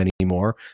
anymore